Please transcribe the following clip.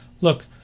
look